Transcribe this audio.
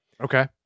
Okay